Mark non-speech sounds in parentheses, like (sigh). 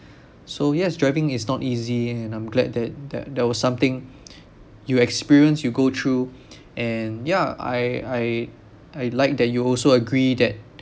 so yes driving is not easy and I'm glad that there there was something (noise) you experienced you go through and yeah I I I liked that you also agree that